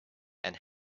and